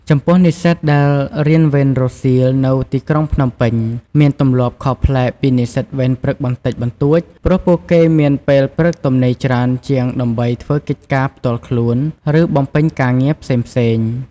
ចំំពោះនិស្សិតដែលរៀនវេនរសៀលនៅទីក្រុងភ្នំពេញ មានទម្លាប់ខុសប្លែកពីនិស្សិតវេនព្រឹកបន្តិចបន្តួច ព្រោះពួកគេមានពេលព្រឹកទំនេរច្រើនជាងដើម្បីធ្វើកិច្ចការផ្ទាល់ខ្លួន ឬបំពេញការងារផ្សេងៗ។